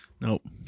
Nope